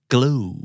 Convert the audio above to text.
Glue